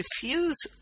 diffuse